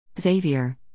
Xavier